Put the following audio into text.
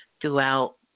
throughout